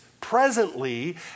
presently